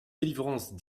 delivrance